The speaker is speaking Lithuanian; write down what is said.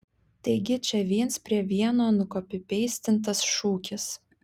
taigi čia viens prie vieno nukopipeistintas šūkis